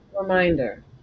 reminder